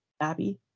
Abby